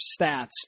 stats